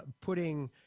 putting